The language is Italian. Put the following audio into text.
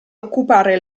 occupare